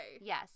Yes